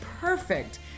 perfect